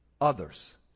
others